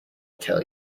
tell